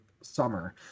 summer